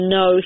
no